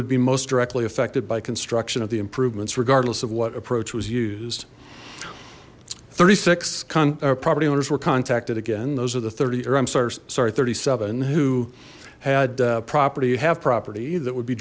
would be most directly affected by construction of the improvements regardless of what approach was used thirty six property owners were contacted again those are the thirty or i'm sorry sorry thirty seven who had property have property that would be